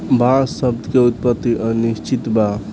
बांस शब्द के उत्पति अनिश्चित बा